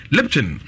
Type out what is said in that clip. Lipton